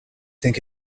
think